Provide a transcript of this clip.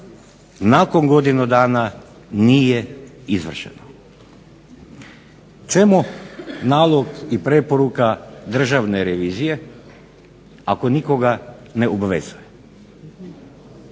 nakon godinu dana nije izvršeno. Čemu nalog i preporuka državne revizije ako nikoga ne obvezuje.